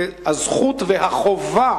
זה הזכות והחובה